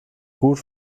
gut